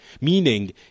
meaning